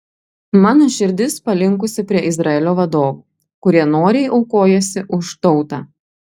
mano širdis palinkusi prie izraelio vadovų kurie noriai aukojasi už tautą